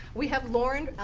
we have lauren,